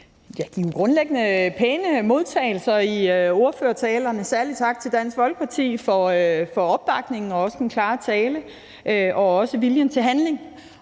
ja, den grundlæggende pæne modtagelse i ordførertalerne. Særlig tak til Dansk Folkeparti for opbakningen og også den klare tale og viljen til handling.